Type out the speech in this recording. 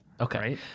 Okay